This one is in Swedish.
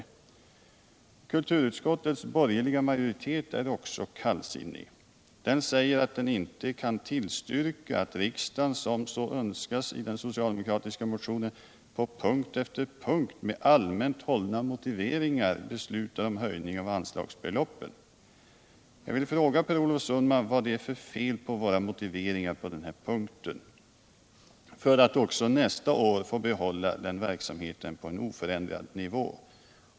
Också kulturutskottets borgerliga majoritet är kallsinnig. Den säger att den inte kan tillstyrka att riksdagen, så som önskas i den socialdemokratiska motionen, ”på punkt efter punkt med allmänt hållna motiveringar beslutar om höjningar av de anslagsbelopp som föreslagits i budgetpropositionen”. Jag vill fråga Per Olof Sundman: Vilket fel har våra motiveringar för att också nästa år få behålla verksamheten på en oförändrad nivå?